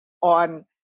on